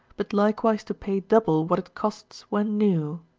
but likewise to pay double what it costs when new.